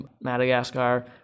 Madagascar